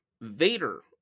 Vader